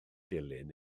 dilyn